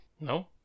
No